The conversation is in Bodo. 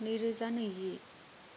नैरोजा नैजि